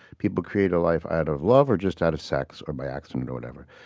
people create a life out of love, or just out of sex, or by accident or whatever.